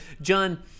John